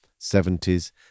70s